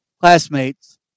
classmates